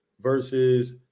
versus